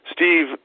Steve